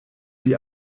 die